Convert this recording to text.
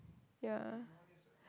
yeah